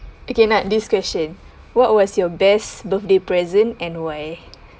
okay not this question what was your best birthday present and why